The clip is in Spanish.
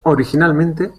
originalmente